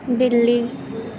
بلی